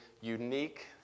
unique